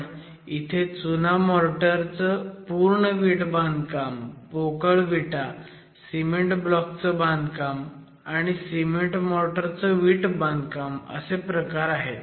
पण इथे चुना मोर्टर चं पूर्ण वीट बांधकाम पोकळ विटा सिमेंट ब्लॉक चं बांधकाम आणि सिमेंट मोर्टर चं वीट बांधकाम असे प्रकार आहेत